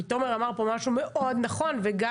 כי תומר אמר פה משהו מאוד נכון וגם